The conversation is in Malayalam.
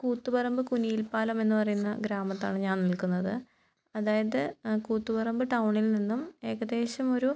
കൂത്തുപറമ്പ് കുനിയിൽ പാലം എന്ന് പറയുന്ന ഗ്രാമത്താണ് ഞാൻ നിൽക്കുന്നത് അതായത് കൂത്തുപറമ്പ് ടൗണിൽ നിന്നും ഏകദേശം ഒരു